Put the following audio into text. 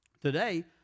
Today